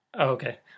okay